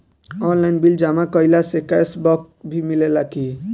Online bill जमा कईला से कैश बक भी मिलेला की?